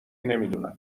نمیدونم